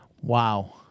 Wow